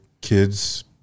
kids